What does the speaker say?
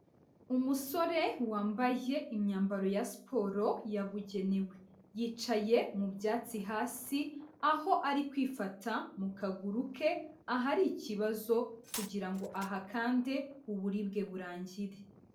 Umusore wambaye imyambaro ya siporo yabugenewe, yicaye mu byatsi hasi, aho ari kwifata mu kaguru ke ahari ikibazo, kugira ngo ahakande uburibwe burangire.